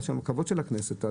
אלא הכבוד של הכנסת,